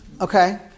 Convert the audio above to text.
Okay